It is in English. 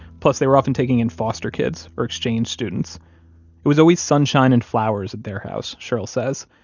plus they were often taking in foster kids or exchange students it was always sunshine and flowers at their house, cheryl says.